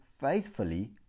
faithfully